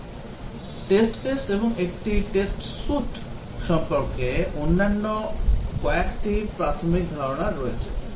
Test case এবং একটি test suite সম্পর্কে অন্যান্য কয়েকটি প্রাথমিক ধারণা রয়েছে